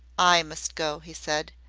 i must go, he said.